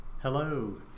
Hello